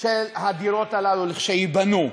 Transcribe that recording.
של הדירות הללו לכשייבנו.